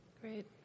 Great